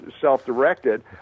self-directed